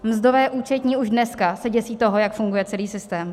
Mzdové účetní už dneska se děsí toho, jak funguje celý systém.